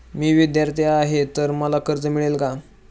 मी विद्यार्थी आहे तर मला कर्ज मिळेल का?